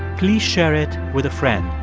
please share it with a friend.